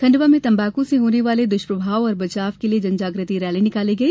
खंडवा में तम्बाकू से होने वाले दुष्प्रभाव और बचाव के लिये जन जाग्रति रैली निकाली गई